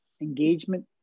engagement